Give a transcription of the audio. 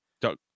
Doug